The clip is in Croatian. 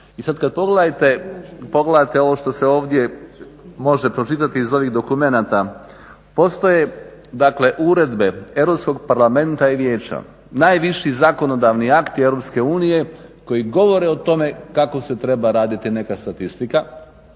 i sada kada pogledate ovo što se ovdje može pročitati iz ovih dokumenata. Postoje dakle uredbe Europskog parlamenta i vijeća, najviši zakonodavni akti EU koji govore o tome kako se treba raditi neka statistika.